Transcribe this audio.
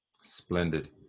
Splendid